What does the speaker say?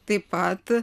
taip pat